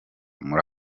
muri